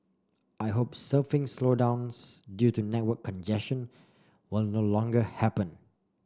I hope surfing slowdowns due to network congestion will no longer happen